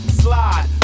slide